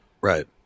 right